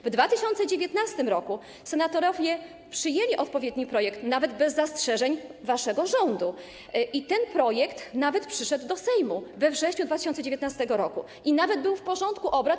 W 2019 r. senatorowie przyjęli odpowiedni projekt, nawet bez zastrzeżeń waszego rządu, i ten projekt trafił nawet do Sejmu we wrześniu 2019 r., i nawet był w porządku obrad.